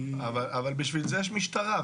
אבל בשביל זה יש משטרה.